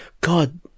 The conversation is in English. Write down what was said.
God